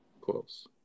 Close